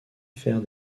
faire